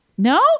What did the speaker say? No